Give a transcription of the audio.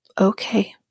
Okay